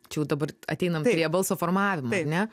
čia jau dabar ateinam prie balso formavimo ar ne